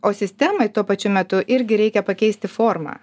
o sistemai tuo pačiu metu irgi reikia pakeisti formą